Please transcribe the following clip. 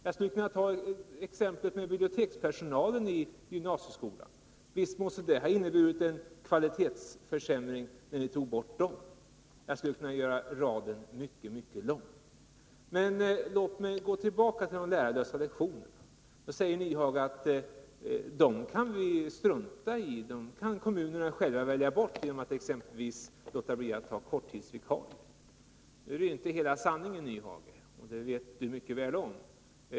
Jag skulle också kunna ta upp exemplet med bibliotekspersonalen i gymnasieskolan. Visst måste det ha inneburit en kvalitetsförsämring när ni tog bort den personalen. Jag skulle kunna göra raden mycket lång. Men låt mig gå tillbaka till de lärarlösa lektionerna. Hans Nyhage säger att vi kan strunta i dem. Kommunerna kan välja bort dem genom att exempelvis låta bli att ta korttidsvikarier. Nu är detta inte hela sanningen, och det vet Hans Nyhage mycket väl.